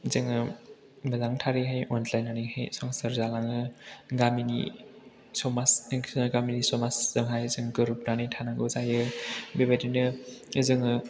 जोङो मोजांथारै अनज्लायनानैहाय संसार जालाङो गामिनि समाजजोंहाय जोङो गोरोबनानै थानांगौ जायो बेबायदिनो जोङो